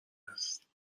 هست